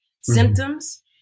symptoms